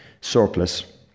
surplus